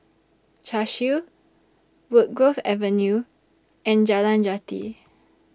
Cashew Woodgrove Avenue and Jalan Jati